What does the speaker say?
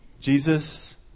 Jesus